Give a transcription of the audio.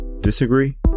Disagree